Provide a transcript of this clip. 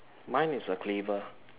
mine is a cleaver